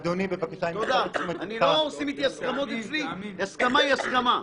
אדוני, בבקשה --- אצלי הסכמה היא הסכמה.